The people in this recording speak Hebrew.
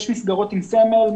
יש מסגרות עם סמל,